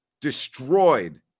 destroyed